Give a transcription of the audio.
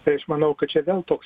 tai aš manau kad čia vėl toks